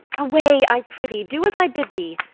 away, i prithee do as i bid thee.